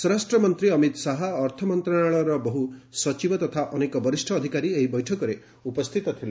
ସ୍ୱରାଷ୍ଟ୍ରମନ୍ତ୍ରୀ ଅମିତ ଶାହା ଅର୍ଥମନ୍ତ୍ରଣାଳୟର ବହୁସଚିବ ତଥା ଅନେକ ବରିଷ ଅଧିକାରୀ ଏହି ବୈଠକରେ ଉପସ୍ଥିତ ଥିଲେ